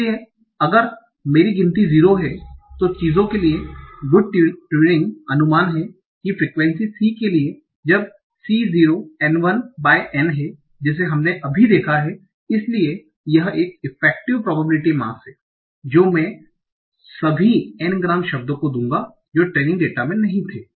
इसलिए अगर मेरी गिनती 0 है तो चीजों के लिए गुड ट्यूरिंग अनुमान है कि फ्रेक्वेंसी c के लिए जब c 0 N 1 by N है जिसे हमने अभी देखा है इसलिए यह एक effective probability mass है जो मैं सभी n ग्राम शब्द को दूंगा जो ट्रेनिंग डेटा में नहीं थे